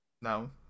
No